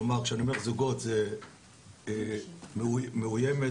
כשאני אומר זוגות, אני מתכוון למאוימת